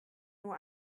nur